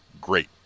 Great